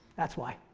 that's why.